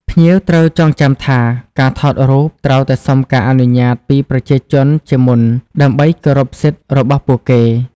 ភ្ញៀវត្រូវចងចាំថា ការថតរូបត្រូវតែសុំការអនុញ្ញាតពីប្រជាជនជាមុនដើម្បី គោរពសិទ្ធិ របស់ពួកគេ។